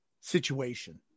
situation